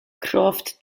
croft